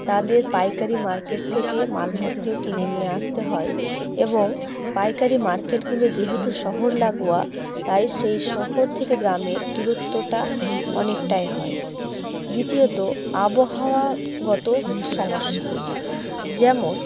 তাদের পাইকারি মার্কেট থেকে মালপত্র কিনে নিয়ে আসতে হয় এবং পাইকারি মার্কেটগুলো যেহেতু শহর লাগোয়া তাই সেই শহর থেকে গ্রামের দূরত্বটা অনেকটাই হয় দ্বিতীয়ত আবহাওয়াগত সমস্যা যেমন